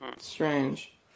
strange